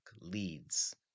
leads